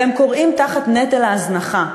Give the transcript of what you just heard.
והם כורעים תחת נטל ההזנחה,